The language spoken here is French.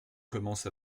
commence